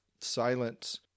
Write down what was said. silence